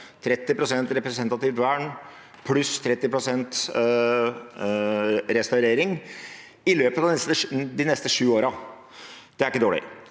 30 pst. representativt vern pluss 30 pst. restaurering i løpet av de neste sju årene. Det er ikke dårlig.